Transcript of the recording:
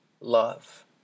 love